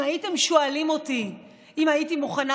אם הייתם שואלים אותי אם הייתי מוכנה